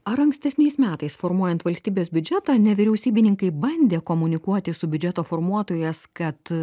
ar ankstesniais metais formuojant valstybės biudžetą nevyriausybininkai bandė komunikuoti su biudžeto formuotojas kad